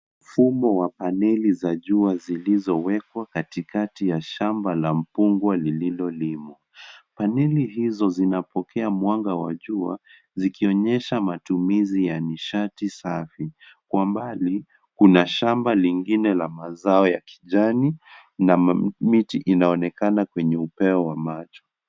Mfumo wa paneli za jua zilizowekwa katikati ya shamba la mpungwa lililo limwa. Paneli hizo zinapokea mwanga wa jua zikionyesha matumizi ya nishati safi kwa mbali kuna shamba lingine la mazao ya kijani na miti inaonekana kwenye upeo wa macho.